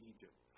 Egypt